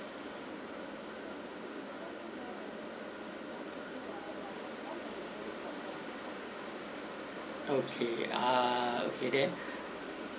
okay ah okay then